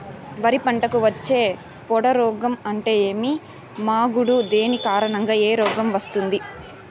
వరి పంటకు వచ్చే పొడ రోగం అంటే ఏమి? మాగుడు దేని కారణంగా ఈ రోగం వస్తుంది?